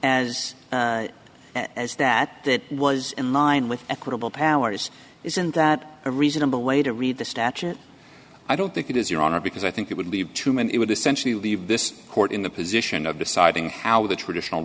as as that that was in line with equitable powers isn't that a reasonable way to read the statute i don't think it is your honor because i think it would leave too many would essentially leave this court in the position of deciding how the traditional